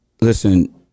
listen